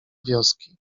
wioski